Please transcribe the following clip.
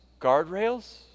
guardrails